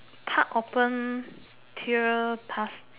park open tier task